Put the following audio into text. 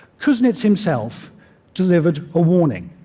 kuznets himself delivered a warning.